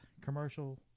commercial